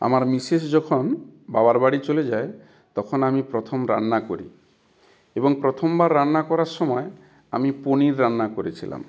আমার মিসেস যখন বাবার বাড়ি চলে যায় তখন আমি প্রথম রান্না করি এবং প্রথমবার রান্না করার সময় আমি পনির রান্না করেছিলাম